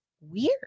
weird